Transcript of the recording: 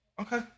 okay